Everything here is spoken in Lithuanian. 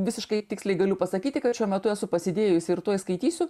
visiškai tiksliai galiu pasakyti kad šiuo metu esu pasidėjusi ir tuoj skaitysiu